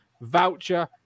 voucher